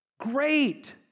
great